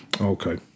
okay